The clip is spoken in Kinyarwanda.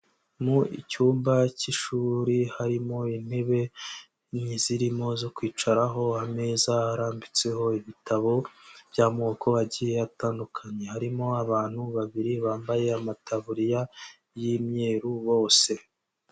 Mu icyumba cy'ishuri harimo intebe zirimo zo kwicaraho, ameza arambitseho ibitabo by'amoko agiye atandukanye, harimo abantu babiri bambaye amataburiya y'imyeru bose.